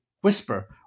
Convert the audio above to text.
Whisper